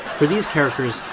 for these characters,